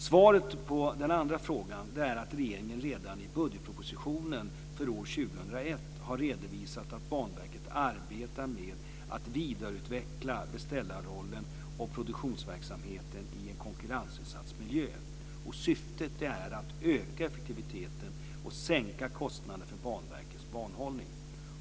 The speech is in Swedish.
Svaret på den andra frågan är att regeringen redan i budgetpropositionen för år 2001 har redovisat att Banverket arbetar med att vidareutveckla beställarrollen och produktionsverksamheten i en konkurrensutsatt miljö. Syftet är att öka effektiviteten och sänka kostnaden för Banverkets banhållning.